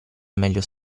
meglio